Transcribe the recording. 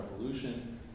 Revolution